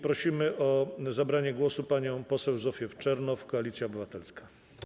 Proszę o zabranie głosu panią poseł Zofię Czernow, Koalicja Obywatelska.